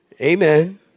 Amen